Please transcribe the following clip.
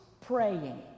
praying